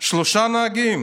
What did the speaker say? שלושה נהגים